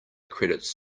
credits